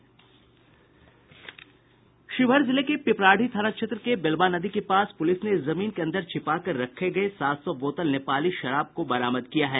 शिवहर जिले के पिपराढ़ी थाना क्षेत्र के बेलवा नदी के पास से पूलिस ने जमीन के अंदर छिपाकर रखे गये सात सौ बोतल नेपाली शराब बरामद की है